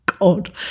God